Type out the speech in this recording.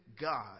God